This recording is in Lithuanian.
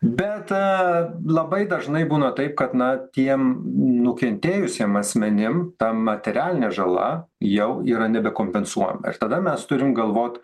bet labai dažnai būna taip kad na tiem nukentėjusiem asmenim ta materialinė žala jau yra nebekompensuojama ir tada mes turim galvot